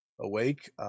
awake